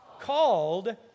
called